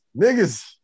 Niggas